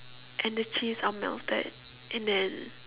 and the cheese are melted and then